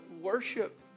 worship